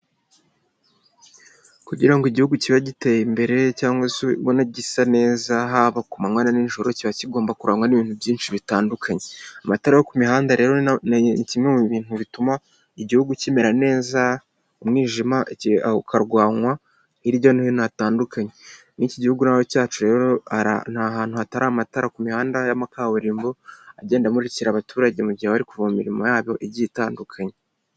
Kugira ngo Igihugu kibe giteye imbere cyangwa se ubona gisa neza haba ku manywa na nijoro. Kiba kigomba kurangwa n'ibintu byinshi bitandukanye. Amatara ku mihanda rero ni kimwe mu bintu bituma Igihugu kimera neza, umwijima ukarwanywa hirya no hino hatandukanye. Mu iki gihugu cyacu rero ntahantu hatari amatara ku mihanda ya kaburimbo, agenda amurikira abaturage mu gihe bari kuva mu mirimo yabo igiye itandukanye.